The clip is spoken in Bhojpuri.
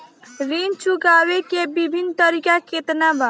ऋण चुकावे के विभिन्न तरीका केतना बा?